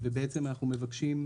ולא את העונשין.